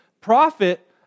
profit